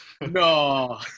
No